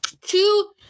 two